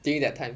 during that time